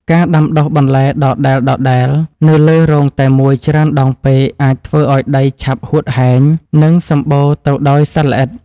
ការដាំដុះបន្លែដដែលៗនៅលើរងតែមួយច្រើនដងពេកអាចធ្វើឱ្យដីឆាប់ហួតហែង និងសម្បូរទៅដោយសត្វល្អិត។